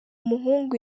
muhungu